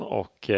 och